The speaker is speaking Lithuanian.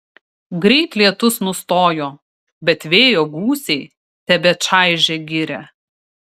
greit lietus nustojo bet vėjo gūsiai tebečaižė girią